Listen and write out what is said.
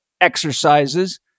exercises